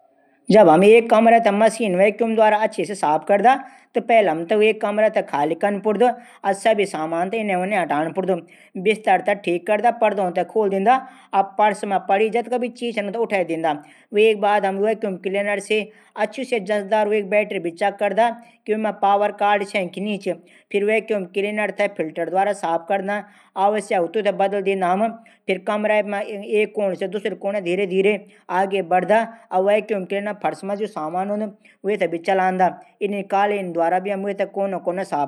जब हम vacuum cleaner द्वारा कमरों थै साफ करदा। त पैली हम कमरो थै सारा सामान भैर रख दिःदा। सभी सामान थै इन्हें उनै हटे दिंदा। बिस्तर थै ठिक करदा परदा निकाली दिंदा। फिर हम खाली कमरा थै वैक्यूम क्लीनर थे जांच कैरी की वू काम कनू च कि नी कनू। बैटरी भी जांच करदा सब ठीक हूणा बाद हम वैक्यूम क्लीनर से कमरा साफ करदा।